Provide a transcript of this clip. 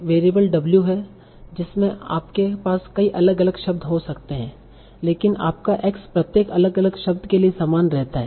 variable w है जिसमें आपके पास कई अलग अलग शब्द हो सकते हैं लेकिन आपका x प्रत्येक अलग अलग शब्द के लिए समान रहता है